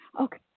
Okay